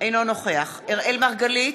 אינו נוכח אראל מרגלית,